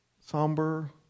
somber